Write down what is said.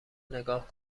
نگاه